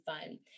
fun